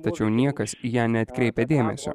tačiau niekas į ją neatkreipia dėmesio